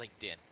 LinkedIn